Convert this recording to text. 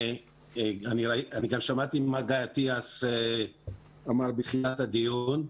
גם שמעתי מה גיא אטיאס אמר בתחילת הדיון.